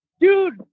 dude